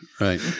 Right